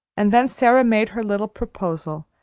and then sara made her little proposal,